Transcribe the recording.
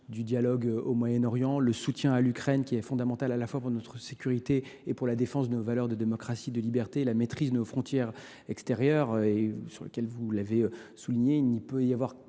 du dialogue au Moyen Orient, le soutien à l’Ukraine, qui est fondamental à la fois pour notre sécurité et pour la défense de nos valeurs de démocratie et de liberté. C’est également le cas de la maîtrise de nos frontières extérieures pour laquelle, comme vous l’avez souligné, il ne peut y avoir